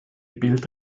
bild